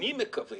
אני מקווה